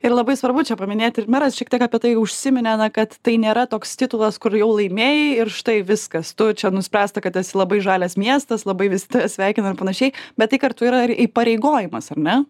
ir labai svarbu čia paminėti ir meras šiek tiek apie tai užsiminė kad tai nėra toks titulas kur jau laimėjai ir štai viskas tu čia nuspręsta kad esi labai žalias miestas labai visi tave sveikina ir panašiai bet tai kartu yra ir įpareigojimas ar ne